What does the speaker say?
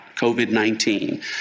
COVID-19